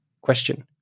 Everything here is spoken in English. Question